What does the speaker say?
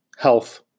health